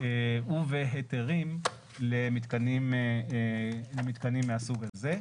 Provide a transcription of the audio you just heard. ובהיתרים למתקנים מהסוג הזה.